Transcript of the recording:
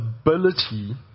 ability